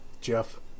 Jeff